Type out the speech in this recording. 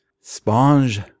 Sponge